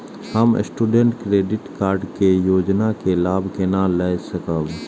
हम student credit card के योजना के लाभ केना लय सकब?